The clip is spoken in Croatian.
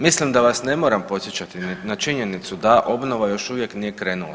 Mislim da vas ne moram podsjećati ni na činjenicu da obnova još uvijek nije krenula.